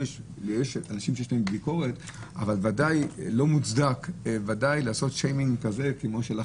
לאנשים יש ביקורת אבל ודאי לא מוצדק לעשות שיימינג כזה כמו שעשו